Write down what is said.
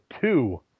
two